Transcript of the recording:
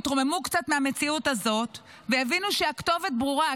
יתרוממו קצת מהמציאות הזאת ויבינו שהכתובת ברורה,